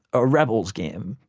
a rebel's game,